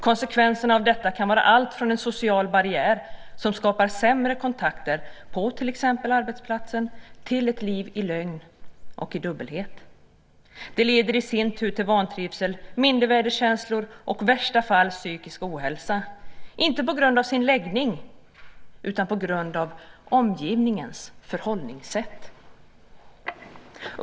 Konsekvenserna av detta kan vara allt från en social barriär som skapar sämre kontakter på till exempel arbetsplatsen till ett liv i lögn och dubbelhet. Det leder i sin tur till vantrivsel, mindervärdeskänslor och i värsta fall psykisk ohälsa, inte på grund av den egna läggningen som sådan utan på grund av omgivningens förhållningssätt.